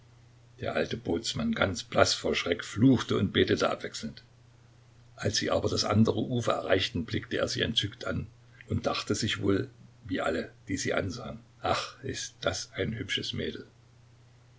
der alte bootsmann ganz blaß vor schreck fluchte und betete abwechselnd als sie aber das andere ufer erreichten blickte er sie entzückt an und dachte sich wohl wie alle die sie ansahen ach ist das ein hübsches mädel